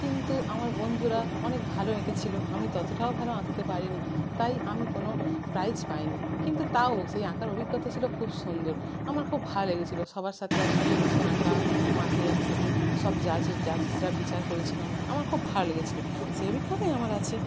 কিন্তু আমার বন্ধুরা অনেক ভালো এঁকেছিল আমি ততটাও ভালো আঁকতে পারিনি তাই আমি কোনো প্রাইজ পাইনি কিন্তু তাও সে আঁকার অভিজ্ঞতা ছিল খুব সুন্দর আমার খুব ভালো লেগেছিল সবার সাথে একসাথে বসে আঁকা মাঠে একসাথে সব জাজ জাজেসরা বিচার করেছিল আমাদের আমার খুব ভালো লেগেছিল সেই অভিজ্ঞতাই আমার আছে